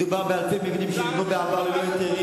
מדובר באלפי מבנים שנבנו בעבר ללא היתרים,